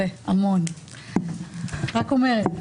16 כתבי אישום.